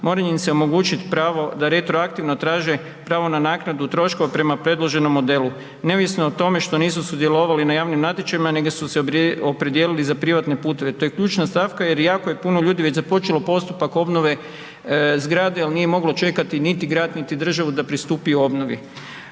mora im se omogućit pravo da retroaktivno traže pravo na naknadu troškova prema predloženom modelu neovisno o tome što nisu sudjelovali na javnim natječajima nego su se opredijelili za privatne puteve. To je ključna stavka jer jako je puno ljudi već započelo postupak obnove zgrade jel nije moglo čekati niti grad, niti državu da pristupi obnovi.